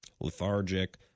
Lethargic